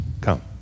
Come